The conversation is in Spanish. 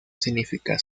significar